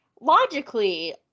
logically